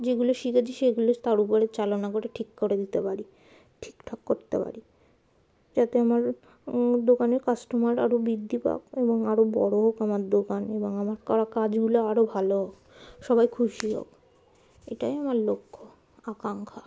যেগুলো শিখেছি সেগুলো তার উপরে চালনা করে ঠিক করে দিতে পারি ঠিক ঠাক করতে পারি যাতে আমার দোকানের কাস্টমার আরও বৃদ্ধি পাক এবং আরও বড়ো হোক আমার দোকান এবং আমার কাজগুলো আরও ভালো হোক সবাই খুশি হোক এটাই আমার লক্ষ্য আকাঙ্ক্ষা